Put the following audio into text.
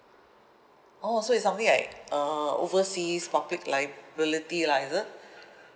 oh so it's something like uh overseas public liability lah is it